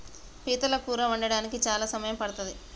పీతల కూర వండడానికి చాలా సమయం పడ్తది